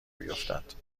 بیفتد